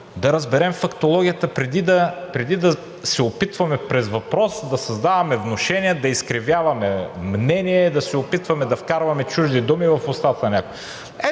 да разберем фактологията, преди да се опитваме през въпрос да създаваме внушения, да изкривяваме мнение, да се опитваме да вкарваме чужди думи в устата на